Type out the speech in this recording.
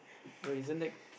no isn't that